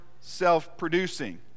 self-producing